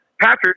Patrick